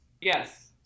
Yes